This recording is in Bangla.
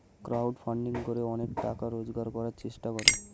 ক্রাউড ফান্ডিং করে অনেকে টাকা রোজগার করার চেষ্টা করে